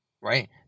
right